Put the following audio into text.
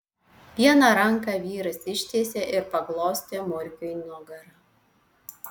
vieną ranką vyras ištiesė ir paglostė murkiui nugarą